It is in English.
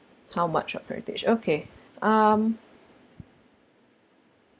how much of heritage okay um